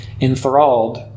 enthralled